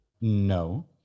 No